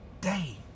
day